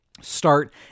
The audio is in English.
start